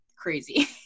crazy